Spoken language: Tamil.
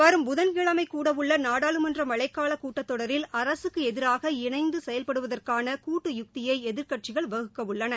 வரும் புதன்கிழமை கூடவுள்ள நாடாளுமன்ற மழைக்கால கூட்டத்தொடரில் அரசுக்கு எதிராக இணைந்து செயல்படுவதற்கான கூட்டு யுத்தியை எதிர்க்கட்சிகள் வகுக்கவுள்ளன